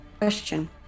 Question